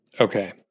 Okay